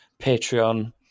Patreon